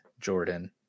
Jordan